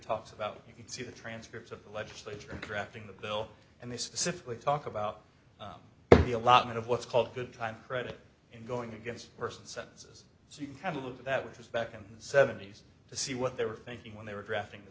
talks about you can see the transcripts of the legislature in crafting the bill and they specifically talk about the allotment of what's called good time credit in going against person sentences so you can kind of that was back in the seventy's to see what they were thinking when they were drafting th